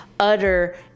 utter